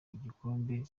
y’igikombe